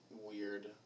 weird